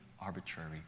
arbitrary